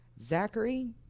Zachary